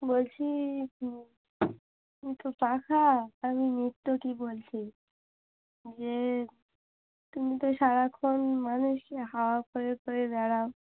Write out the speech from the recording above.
বলছি তো পাখা আমি নিত্য কী বলছি যে তুমি তো সারাক্ষণ মানুষকে হাওয়া করে করে বেড়াও